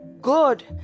Good